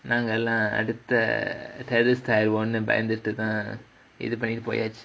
நாங்கெல்லா அடுத்த:naangellaa adutha terrorist ஆயிருவோனு பயந்துட்டு தான் இது பண்ணிட்டு போயாச்சு:aayiruvonu bayanthuttu thaan ithu pannittu poyaachu